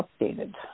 updated